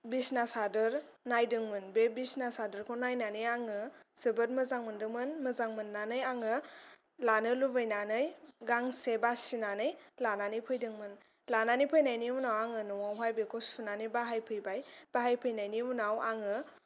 बिसना सादोर नायदोंमोन बे बिसना सादोरखौ नायनानै आङो जोबोद मोजां मोनदोंमोन मोजां मोननानै आङो लानो लुबैनानै गांसे बासिनानै लानानै फैदोंमोन लानानै फैनायनि उनाव आङो न'आवहाय बेखौ सुनानै बाहायफैबाय बाहायफैनानि उनाव आङो